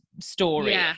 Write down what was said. story